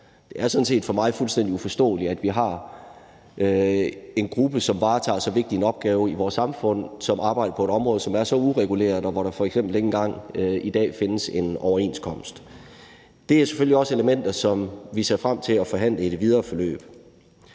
set for mig fuldstændig uforståeligt, at vi har en gruppe, som varetager så vigtig en opgave i vores samfund, og som arbejder på et område, som er så ureguleret, og hvor der f.eks. ikke engang i dag findes en overenskomst. Det er selvfølgelig også elementer, som vi ser frem til at forhandle i det videre forløb.